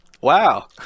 Wow